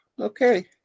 Okay